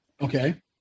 Okay